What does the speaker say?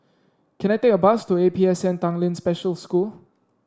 can I take a bus to A P S N Tanglin Special School